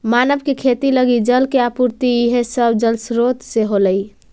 मानव के खेती लगी जल के आपूर्ति इहे सब जलस्रोत से होलइ